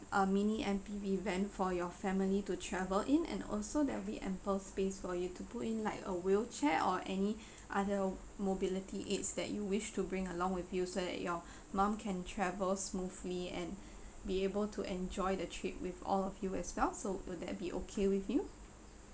a mini M_P_V van for your family to travel in and also there will be ample space for you to put in like a wheelchair or any other mobility aids that you wish to bring along with you so that your mum can travel smoothly and be able to enjoy the trip with all of you as well so will that be okay with you